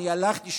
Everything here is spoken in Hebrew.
אני הלכתי,